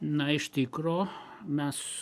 na iš tikro mes